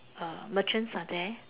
uh merchants are there